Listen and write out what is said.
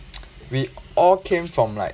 we all came from like